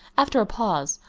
after a pause,